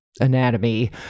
anatomy